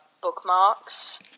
bookmarks